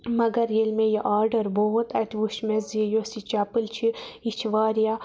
مگر ییٚلہِ مےٚ یہِ آرڈَر ووت اَتہِ وٕچھ مےٚ زِ یۄس یہِ چَپٕلۍ چھِ یہِ چھِ واریاہ